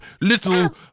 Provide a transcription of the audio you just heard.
little